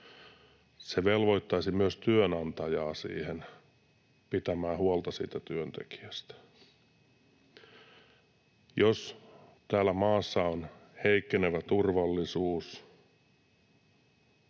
Se velvoittaisi myös työnantajaa siihen, pitämään huolta siitä työntekijästä. Jos täällä maassa on heikkenevä turvallisuus,